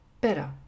better